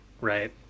right